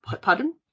pardon